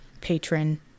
patron